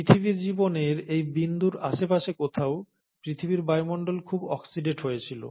পৃথিবীর জীবনের এই বিন্দুর আশেপাশে কোথাও পৃথিবীর বায়ুমণ্ডল খুব অক্সিডেট হয়েছিল